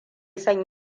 son